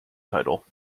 title